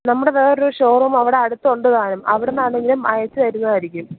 നമ്മുടെ വേറൊരു ഷോറൂം അവിടെ അടുത്ത് ഉണ്ട് താനും അവിടെ നിന്നാണെങ്കിലും അയച്ച് തരുന്നതായിരിക്കും